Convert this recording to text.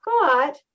got